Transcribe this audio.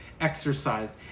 exercised